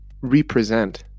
represent